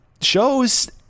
shows